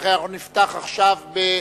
ולכן אנחנו נפתח עכשיו בדיון.